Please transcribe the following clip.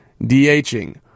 DHing